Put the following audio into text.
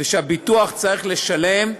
והביטוח צריך לשלם,